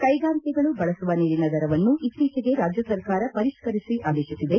ಕ್ಯೆಗಾರಿಕೆಗಳು ಬಳಸುವ ನೀರಿನ ದರವನ್ನು ಇತ್ತೀಚಿಗೆ ರಾಜ್ಯ ಸರಕಾರ ಪರಿಷ್ತರಿಸಿ ಆದೇತಿಸಿದೆ